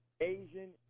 Asian